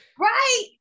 Right